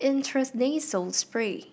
Intranasal Spray